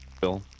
Bill